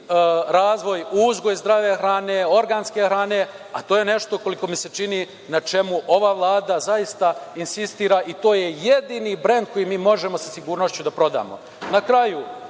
razvoj, uzgoj zdrave hrane, organske hrane, a to je nešto, koliko mi se čini, na čemu ova Vlada, zaista insistira i to je jedini brend koji mi možemo sa sigurnošću da prodamo.